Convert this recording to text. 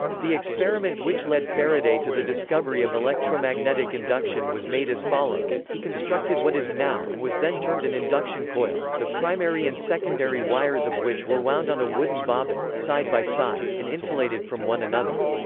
the experiment which led faraday to the discovery of electromagnetic induction was made as follows he constructed what is now and was then termed an induction coil, the primary and secondary wires of which were wound on a wooden bobbin, side by side, and insulated from one another.